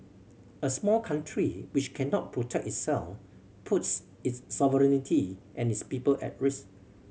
a small country which cannot protect itself puts its sovereignty and its people at risk